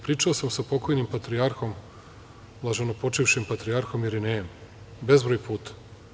Pričao sam sa pokojnim patrijarhom, blaženopočivšim patrijarhom Irinejom bezbroj puta.